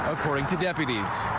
according. to deputies.